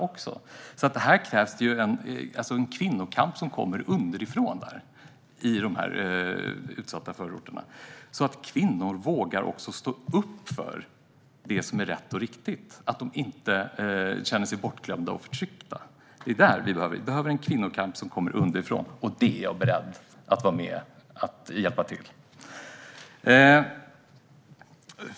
I dessa utsatta förorter krävs en kvinnokamp som kommer underifrån så att kvinnor också vågar stå upp för det som är rätt och riktigt och inte känner sig bortglömda och förtryckta. Vi behöver en kvinnokamp som kommer underifrån, och det är jag beredd att vara med och hjälpa till med.